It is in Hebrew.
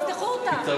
תפתחו אותן.